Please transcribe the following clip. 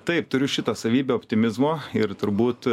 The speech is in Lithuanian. taip turiu šitą savybę optimizmo ir turbūt